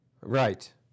Right